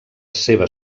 seva